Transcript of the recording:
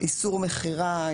איסור מכירה,